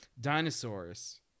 Dinosaurs